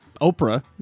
Oprah